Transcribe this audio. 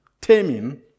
Taming